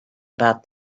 about